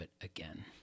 again